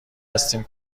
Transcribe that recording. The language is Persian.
هستیم